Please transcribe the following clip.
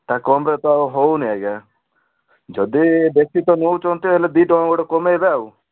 ନାଁ କମ୍ରେ ତ ହେଉନି ଆଜ୍ଞା ଯଦି ବେଶି ତ ନେଉଛନ୍ତି ହେଲେ ଦି ଟଙ୍କା କମାଇବେ ଆଉ